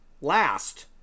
last